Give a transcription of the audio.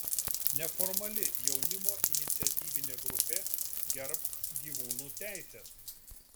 neformali jaunimo iniciatyvinė grupė gerbk gyvūnų teises